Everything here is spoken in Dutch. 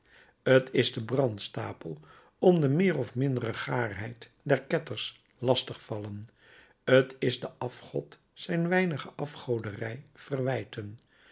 t is den brandstapel om de meer of mindere gaarheid der ketters lastig vallen t is den afgod zijn weinige afgoderij verwijten